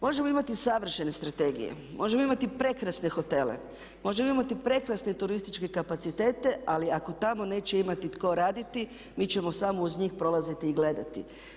Možemo imati savršene strategije, možemo imati prekrasne hotele, možemo imati prekrasne turističke kapacitete ali ako tamo neće imati tko raditi, mi ćemo samo uz njih prolaziti i gledati.